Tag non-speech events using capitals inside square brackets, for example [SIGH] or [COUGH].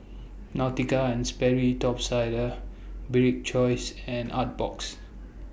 [NOISE] Nautica and Sperry Top Sider Bibik's Choice and Artbox